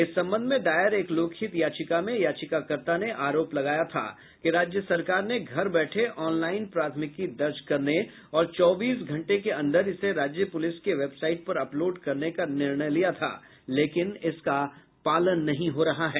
इस संबंध में दायर एक लोकहित याचिका में याचिकाकर्ता ने आरोप लगाया था कि राज्य सरकार ने घर बैठे ऑनलाईन प्राथमिकी दर्ज करने और चौबीस घंटे के अंदर इसे राज्य पुलिस के वेबसाईट पर अपलोड करने का निर्णय लिया था लेकिन इसका पालन नहीं हो रहा है